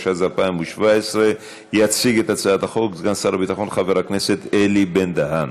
התשע"ז 2017. יציג את הצעת החוק סגן שר הביטחון חבר הכנסת אלי בן-דהן,